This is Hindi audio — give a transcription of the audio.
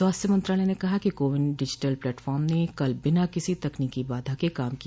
स्वास्थ्य मंत्रालय ने कहा है कि कोविन डिजिटल प्लेटफॉर्म ने कल बिना किसी तकनीकी बाधा के काम किया